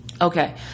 Okay